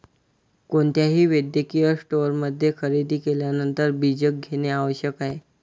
कोणत्याही वैद्यकीय स्टोअरमध्ये खरेदी केल्यानंतर बीजक घेणे आवश्यक आहे